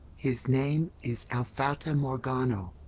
his name is el fata morgano.